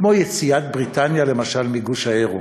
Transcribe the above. כמו למשל יציאת בריטניה מגוש היורו?